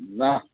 না